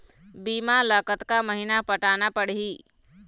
बीमा ला कतका महीना पटाना पड़ही?